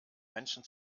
menschen